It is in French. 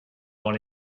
dans